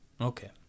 okay